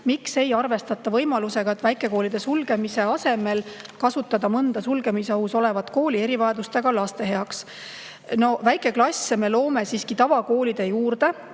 Miks ei arvestata võimalusega, et väikekoolide sulgemise asemel kasutada mõnda sulgemisohus olevat kooli erivajadustega laste heaks?" No väikeklasse me loome siiski tavakoolide juurde.